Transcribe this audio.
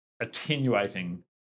attenuating